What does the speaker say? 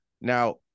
Now